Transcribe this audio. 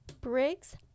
Briggs